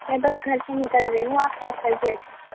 میں بس گھر سے نکل رہی ہوں آپ پیک کر کے رکھیے گا